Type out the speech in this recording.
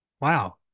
wow